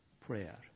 prayer